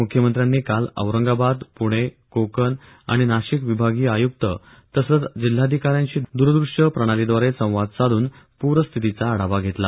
मुख्यमंत्र्यांनी काल औरंगाबाद पुणे कोकण आणि नाशिक विभागीय आयुक्त तसेच जिल्हाधिकाऱ्यांशी दूरदृश्य प्रणालीद्वारे संवाद साधून पूरस्थितीचा आढावा घेतला